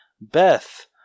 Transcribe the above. beth